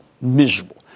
miserable